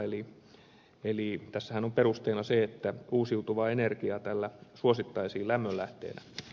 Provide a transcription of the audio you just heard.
eli tässähän on perusteena se että uusiutuvaa energiaa tällä suosittaisiin lämmönlähteenä